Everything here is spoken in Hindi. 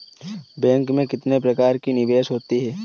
बैंक में कितने प्रकार के निवेश होते हैं?